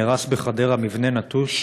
מבנה נטוש